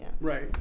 Right